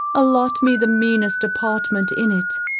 allot me the meanest apartment in it,